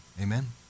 Amen